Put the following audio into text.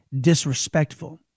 disrespectful